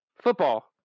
Football